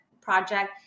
project